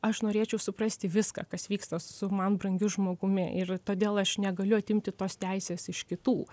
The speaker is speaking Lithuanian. aš norėčiau suprasti viską kas vyksta su man brangiu žmogumi ir todėl aš negaliu atimti tos teisės iš kitų